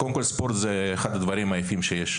קודם כול, ספורט הוא אחד מהדברים היפים שיש.